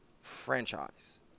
franchise